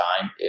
time